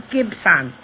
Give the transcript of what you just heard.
Gibson